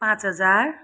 पाँच हजार